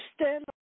stand